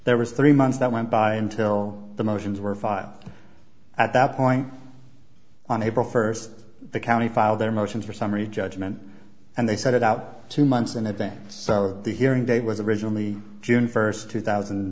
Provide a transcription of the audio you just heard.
there was three months that went by until the motions were filed at that point on april first the county filed their motion for summary judgment and they set it out two months in advance so the hearing date was originally june first two thousand